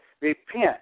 repent